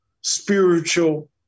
spiritual